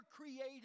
created